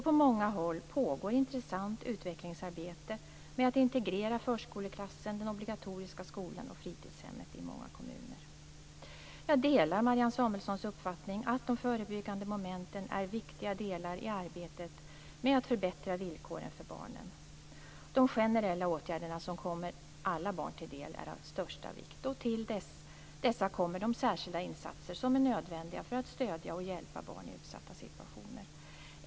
På många håll pågår intressant utvecklingsarbete med att integrera förskoleklassen, den obligatoriska skolan och fritidshemmet till en helhet. Jag delar Marianne Samuelssons uppfattning att de förebyggande momenten är viktiga delar i arbetet med att förbättra villkoren för barnen. De generella åtgärder som kommer alla barn till del är av största vikt. Till dessa kommer de särskilda insatser som är nödvändiga för att stödja och hjälpa barn i utsatta situationer.